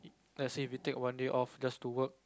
let's say if you take one day off just to work